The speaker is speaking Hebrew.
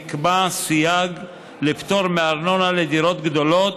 נקבע סייג לפטור מארנונה לדירות גדולות,